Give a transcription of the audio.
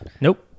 Nope